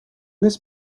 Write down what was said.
this